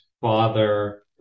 father